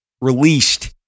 released